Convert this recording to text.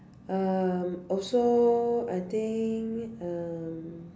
um also I think um